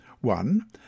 One